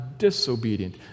disobedient